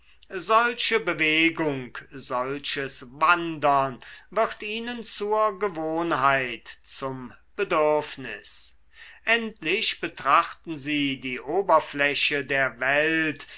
solche bewegung solches wandern wird ihnen zur gewohnheit zum bedürfnis endlich betrachten sie die oberfläche der welt